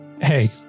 Hey